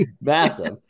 Massive